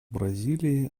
бразилии